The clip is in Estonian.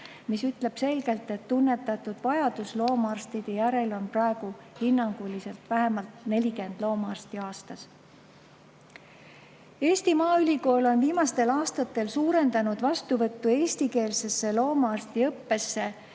mis ütleb selgelt, et tunnetatud vajadus loomaarstide järele on praegu hinnanguliselt vähemalt 40 loomaarsti aastas. Eesti Maaülikool on viimastel aastatel suurendanud vastuvõttu eestikeelsesse loomaarstiõppesse